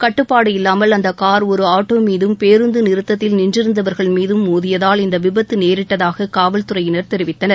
கட்டுப்பாடு இல்லாமல் அந்த கார் ஒரு ஆட்டோ மீதும் பேருந்து நிறுத்தத்தில் நின்றிருந்தவர்கள் மீதும் மோதியதால் இந்த விபத்து நேரிட்டதாக காவல்துறையினர் தெரிவித்தனர்